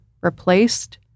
replaced